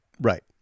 Right